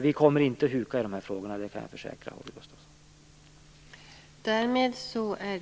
Vi kommer inte att huka i de här frågorna, det kan jag försäkra Holger Gustafsson.